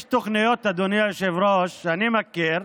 יש תוכניות שאני מכיר,